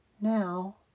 Now